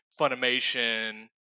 Funimation